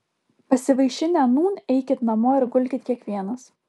pasivaišinę nūn eikit namo ir gulkit kiekvienas